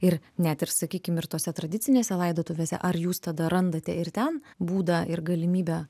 ir net ir sakykim ir tose tradicinėse laidotuvėse ar jūs tada randate ir ten būdą ir galimybę